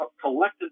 collected